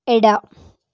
ಎಡ